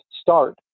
start